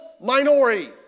minority